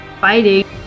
fighting